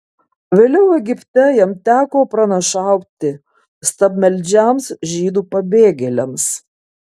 vėliau egipte jam teko pranašauti stabmeldžiams žydų pabėgėliams